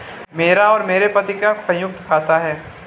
मेरा और मेरे पति का संयुक्त खाता है